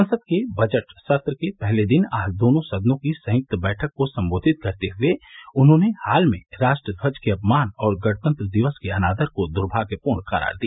संसद के बजट सत्र के पहले दिन आज दोनों सदनों की संयुक्त बैठक को संबोधित करते हुए उन्होंने हाल में राष्ट्र ध्वज के अपमान और गणतंत्र दिवस के अनादर को दुर्भाग्यपूर्ण करार दिया